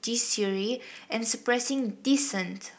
judiciary and suppressing dissent